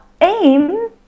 aim